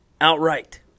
outright